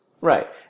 Right